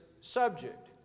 subject